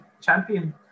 champion